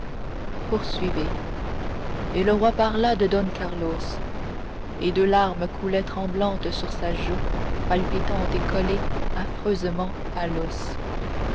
poursuivez et le roi parla de don carlos et deux larmes coulaient tremblantes sur sa joue palpitante et collée affreusement à l'os